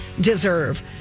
deserve